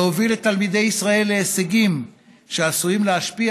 להוביל את תלמידי ישראל להישגים שעשויים להשפיע